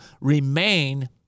remain